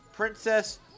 Princess